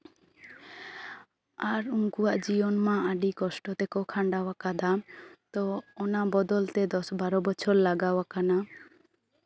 ᱟᱨ ᱩᱱᱠᱩᱣᱟᱜ ᱡᱤᱭᱚᱱ ᱢᱟ ᱟᱹᱰᱤ ᱠᱚᱥᱴᱚ ᱛᱮᱠᱚ ᱠᱷᱟᱰᱟᱣ ᱟᱠᱟᱫᱟ ᱛᱚ ᱚᱱᱟ ᱵᱚᱫᱚᱞᱛᱮ ᱫᱚᱥ ᱵᱟᱨᱚ ᱵᱚᱪᱷᱚᱨ ᱞᱟᱜᱟᱣ ᱟᱠᱟᱱᱟ